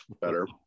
Better